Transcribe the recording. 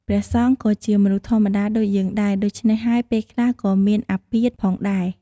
ព្រះសង្ឃក៏ជាមនុស្សធម្មតាដូចយើងដែរ ដូច្នេះហើយពេលខ្លះក៏មានអាពាធ ផងដែរ។